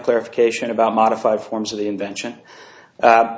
clarification about modified forms of the invention